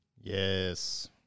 Yes